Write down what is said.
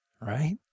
right